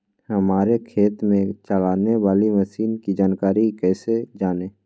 हमारे खेत में चलाने वाली मशीन की जानकारी कैसे जाने?